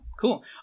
cool